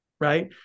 Right